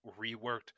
reworked